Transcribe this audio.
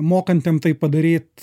mokantiem tai padaryt